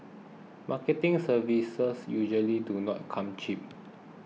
marketing services usually do not come cheap